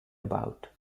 about